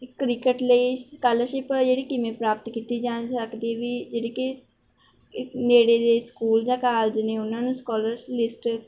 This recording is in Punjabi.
ਕ੍ਰਿਕੇਟ ਲਈ ਸਕਾਲਰਸ਼ਿਪ ਆ ਜਿਹੜੀ ਕਿਵੇਂ ਪ੍ਰਾਪਤ ਕੀਤੀ ਜਾ ਸਕਦੀ ਵੀ ਜਿਹੜੀ ਕਿ ਸ ਨੇੜੇ ਦੇ ਸਕੂਲ ਜਾਂ ਕਾਲਜ ਨੇ ਉਹਨਾਂ ਨੂੰ ਸਕਾਲਰਸ ਲਿਸਟ